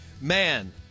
Man